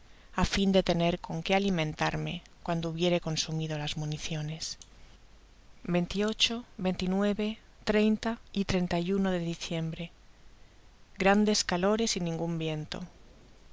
á fin de tener con que alimentarme cuando hubiere consumido las municiones veintiocho treinta y treinta de diciembre grande calores y ningun